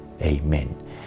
Amen